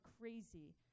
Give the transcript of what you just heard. crazy